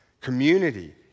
Community